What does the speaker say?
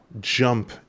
jump